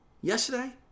yesterday